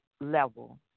level